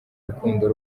urukundo